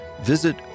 visit